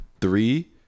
three